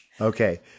Okay